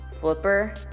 Flipper